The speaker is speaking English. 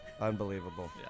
Unbelievable